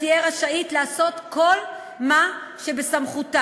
אשר תהיה רשאית לעשות כל מה שבסמכותה